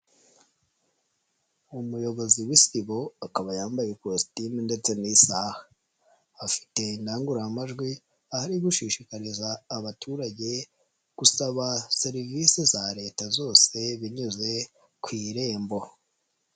Umuyobozi w'Isibo akaba yambaye ikositimu ndetse n'isaha afite indangururamajwi a ho ari gushishikariza abaturage gusaba serivisi za Leta zose binyuze ku Irembo.